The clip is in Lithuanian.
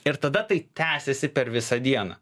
ir tada tai tęsiasi per visą dieną